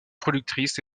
productrice